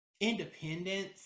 independence